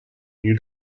new